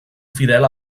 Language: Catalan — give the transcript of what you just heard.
fidel